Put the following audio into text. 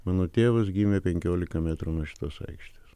mano tėvas gimė penkiolika metrų nuo šitos aikštės